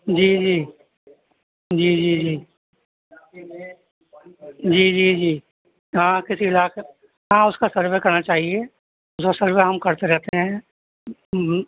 جی جی جی جی جی جی جی جی ہاں کسی علاقے ہاں اس کا سروے کرنا چاہیے اس سروے ہم کرتے رہتے ہیں